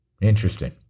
Interesting